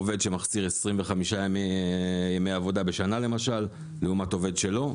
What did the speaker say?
עובד שמחסיר 25 ימי עבודה בשנה למשל לעומת עובד שלא,